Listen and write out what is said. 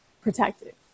protected